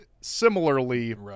similarly